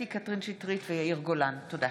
תודה.